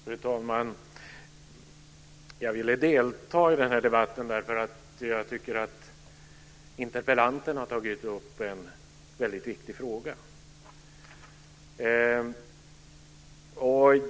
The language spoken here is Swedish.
Fru talman! Jag ville delta i den här debatten därför att jag tycker att interpellanten har tagit upp en väldigt viktig fråga.